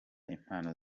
impano